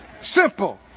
Simple